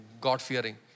God-fearing